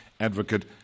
Advocate